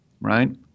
right